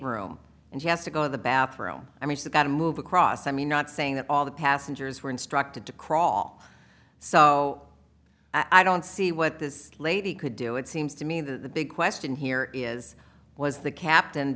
room and she has to go the bathroom i mean that got a move across i mean not saying that all the passengers were instructed to crawl so i don't see what this lady could do it seems to me the big question here is was the captain